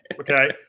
Okay